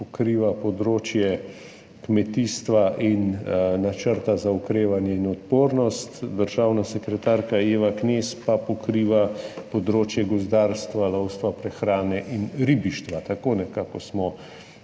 pokriva področje kmetijstva in Načrta za okrevanje in odpornost, državna sekretarka Eva Knez pa pokriva področje gozdarstva, lovstva, prehrane in ribištva. Tako nekako smo